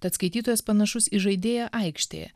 tad skaitytojas panašus į žaidėją aikštėje